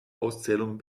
auszählung